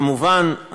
כמובן,